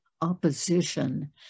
opposition